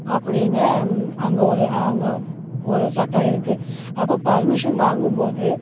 அப்படின்னு அங்கே ஒரு அங்கே ஒரு சட்டம் இருக்குது அப்போ பர்மிஷன் வாங்கும் போது